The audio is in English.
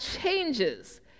changes